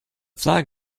flag